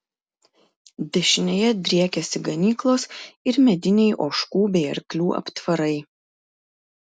dešinėje driekėsi ganyklos ir mediniai ožkų bei arklių aptvarai